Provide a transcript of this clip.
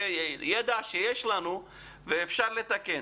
זה ידע שיש לנו ואפשר לתקן.